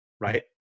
right